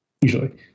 usually